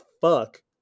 fuck